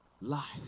life